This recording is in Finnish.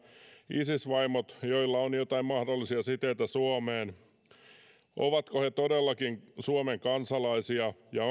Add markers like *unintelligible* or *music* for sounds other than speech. isis vaimot joilla on joitain mahdollisia siteitä suomeen todellakin suomen kansalaisia ja *unintelligible*